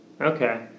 Okay